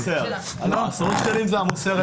עשרות שקלים זה המוסר.